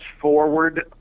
forward